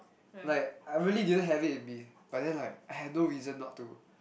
like I really didn't have it in me but then like I have no reason not to